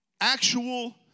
Actual